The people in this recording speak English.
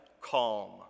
calm